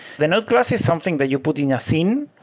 the node class is something that you put in your scene.